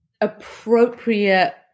appropriate